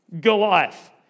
Goliath